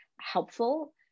helpful